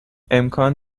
امکان